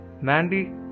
Mandy